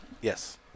Yes